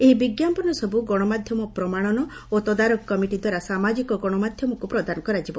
ଏହି ବିଜ୍ଞାପନ ସବୁ ଗଣମାଧ୍ୟମ ପ୍ରମାଣନ ଓ ତଦାରଖ କମିଟି ଦ୍ୱାରା ସାମାଜିକ ଗଣମାଧ୍ୟମକୁ ପ୍ରଦାନ କରାଯିବ